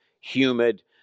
humid